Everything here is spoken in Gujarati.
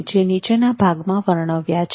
જે નીચેના ભાગમાં વર્ણવ્યા છે